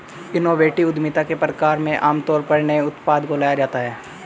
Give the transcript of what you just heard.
innovative उद्यमिता के प्रकार में आमतौर पर नए उत्पाद को लाया जाता है